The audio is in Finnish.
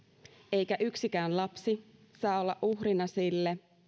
eikä yksikään lapsi saa olla uhrina sille